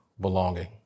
belonging